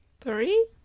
Three